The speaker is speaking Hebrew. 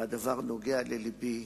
והדבר נוגע ללבי.